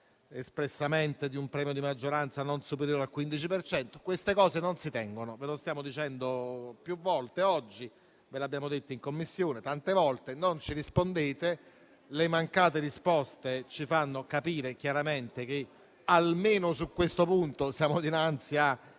espressamente di un premio di maggioranza non superiore al 15 per cento. Queste cose non si tengono, ve lo stiamo dicendo più volte oggi e ve lo abbiamo detto in Commissione tante volte. Tuttavia, non ci rispondete e le mancate risposte ci fanno capire chiaramente che, almeno su questo punto, siamo dinanzi a